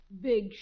Big